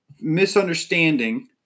misunderstanding